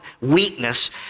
weakness